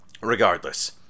regardless